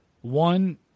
one